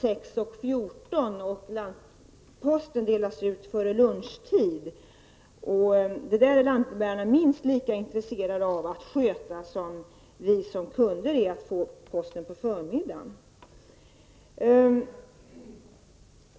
6 och kl. 14. Posten delas ut före lunchtid. Lantbrevbärarna själva är minst lika intresserade av att se till att det hela fungerar som vi i egenskap av kunder är av att få posten på förmiddagen.